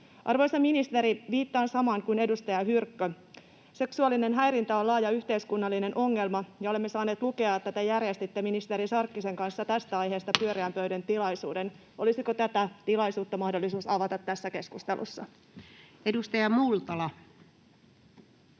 Arvoisa ministeri, viittaan samaan kuin edustaja Hyrkkö. Seksuaalinen häirintä on laaja yhteiskunnallinen ongelma, ja olemme saaneet lukea, että te järjestitte ministeri Sarkkisen kanssa tästä aiheesta pyöreän pöydän tilaisuuden. Olisiko tätä tilaisuutta mahdollista avata tässä keskustelussa? Edustaja Multala.